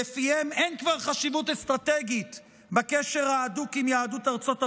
שלפיהם אין כבר חשיבות אסטרטגית לקשר ההדוק עם יהדות ארצות הברית,